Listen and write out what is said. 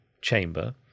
chamber